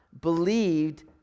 believed